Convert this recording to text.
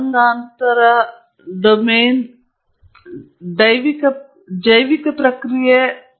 ಮತ್ತು ನಂತರ ಸಹಜವಾಗಿ ಮಾಹಿತಿ ಹೇಗೆ ಮಾಹಿತಿಯುಕ್ತವಾಗಿದೆ ಅದು ಸ್ವಲ್ಪ ಗುಣಾತ್ಮಕವಾಗಿದೆ ಆದರೆ ಕೆಲವು ಪರಿಮಾಣಾತ್ಮಕ ಕ್ರಮಗಳೂ ಸಹ ಇವೆ